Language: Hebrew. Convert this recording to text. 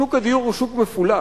שוק הדיור הוא שוק מפולח.